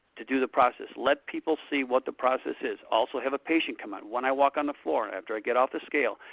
to do the process. let people see what the process is. also have a patient come in. when i walk on the floor, after i get off the scale,